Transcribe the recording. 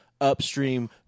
upstream